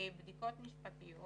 בבדיקות משפטיות